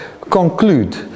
conclude